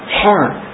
heart